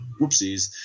whoopsies